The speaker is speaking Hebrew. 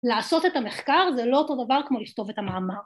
לעשות את המחקר זה לא אותו דבר כמו לכתוב את המאמר